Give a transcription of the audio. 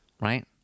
Right